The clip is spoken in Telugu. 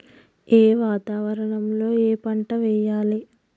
ఏ వాతావరణం లో ఏ పంట వెయ్యాలి?